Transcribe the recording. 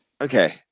Okay